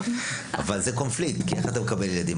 אבל זה קונפליקט כי איך אתה מקבל ילדים?